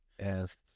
Yes